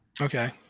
Okay